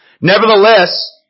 Nevertheless